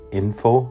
info